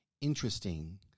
interesting